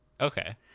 Okay